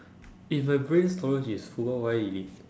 if my brain storage is full what will I delete